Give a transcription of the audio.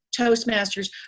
Toastmasters